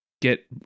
get